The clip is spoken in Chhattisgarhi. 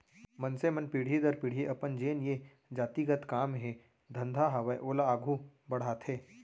मनसे मन पीढ़ी दर पीढ़ी अपन जेन ये जाति गत काम हे धंधा हावय ओला आघू बड़हाथे